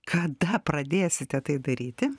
kada pradėsite tai daryti